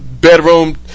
bedroom